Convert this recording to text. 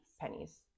pennies